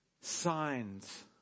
signs